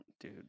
Dude